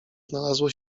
znalazło